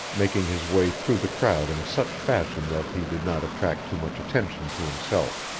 making his way through the crowd in such fashion that he did not attract too much attention to himself.